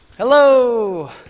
Hello